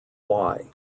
why